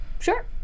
sure